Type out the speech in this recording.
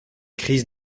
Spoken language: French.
crises